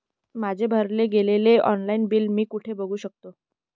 माझे भरले गेलेले ऑनलाईन बिल मी कुठे बघू शकतो?